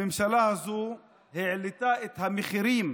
הממשלה הזו העלתה את המחירים